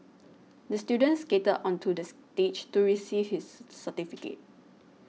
the student skated onto the stage to receive his certificate